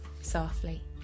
softly